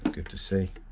good to see.